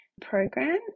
program